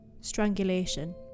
Strangulation